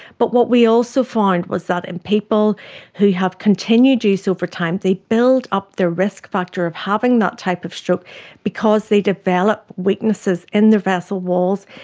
but what we also found was that in people who have continued use over time, they build up their risk factor of having that type of stroke because they develop weaknesses in their vessel walls.